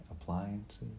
appliances